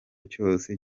cyose